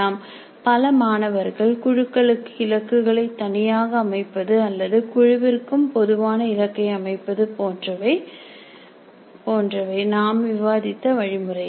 நாம் விவாதித்த வழிமுறைகள் பல மாணவர்கள் குழுக்களுக்கு இலக்குகளை தனியாக அமைப்பது அல்லது ஒவ்வொரு குழுவிற்கும் பொதுவான இலக்கை அமைப்பது போன்றவை எல்லா சிஒ க்கும் பொதுவானது